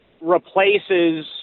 replaces